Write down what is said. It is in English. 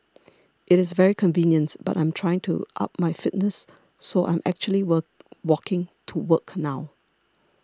it is very convenient but I'm trying to up my fitness so I'm actually walk walking to work now